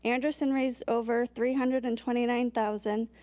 andersen raised over three hundred and twenty nine thousand.